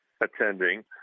attending